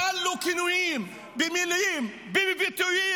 הוא נתן לו כינויים במילים ובביטויים